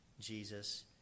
Jesus